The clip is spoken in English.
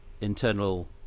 internal